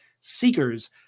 seekers